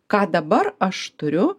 ką dabar aš turiu